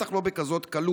בטח לא בקלות כזאת.